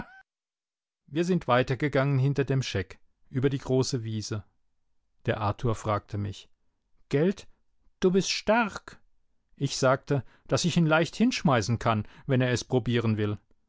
wir sind weitergegangen hinter dem scheck über die große wiese der arthur fragte mich gelt du bist stark ich sagte daß ich ihn leicht hinschmeißen kann wenn er es probieren will